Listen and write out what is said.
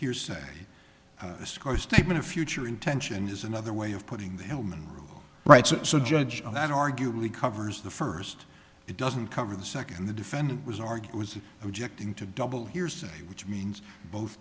hearsay a score statement of future intention is another way of putting the hellman right so so judge that arguably covers the first it doesn't cover the second the defendant was argued was objecting to double hearsay which means both